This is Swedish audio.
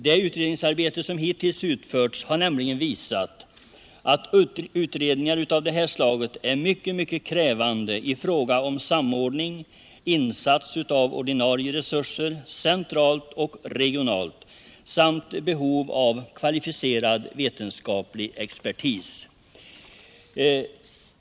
Det utredningsarbete som hittills utförts har nämligen visat att utredningar av detta slag i är mycket krävande i fråga om samordning, insats av ordinarie resurser centralt och regionalt samt behov av kvalificerad forskningsexpertis.